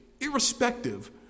irrespective